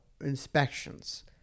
inspections